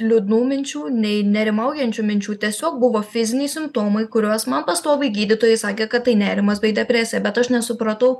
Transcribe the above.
liūdnų minčių nei nerimaujančių minčių tiesiog buvo fiziniai simptomai kuriuos man pastoviai gydytojai sakė kad tai nerimas bei depresija bet aš nesupratau